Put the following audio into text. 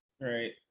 right